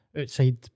outside